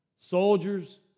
soldiers